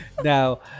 Now